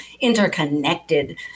interconnected